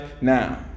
now